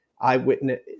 eyewitness